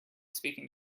speaking